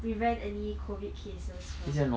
prevent any COVID cases from